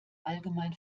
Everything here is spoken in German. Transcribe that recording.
allgemein